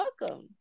welcome